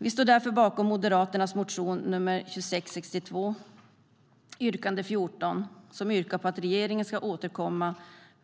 Vi står därför bakom Moderaternas motion 2662, yrkande 14, som yrkar på att regeringen ska återkomma